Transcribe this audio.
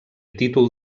títol